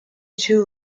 too